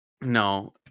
No